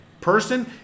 person